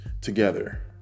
together